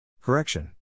Correction